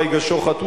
בייגה שוחט,